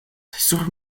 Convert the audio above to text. sur